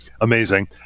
amazing